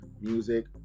music